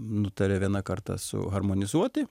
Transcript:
nutarė vieną kartą suharmonizuoti